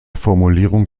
formulierung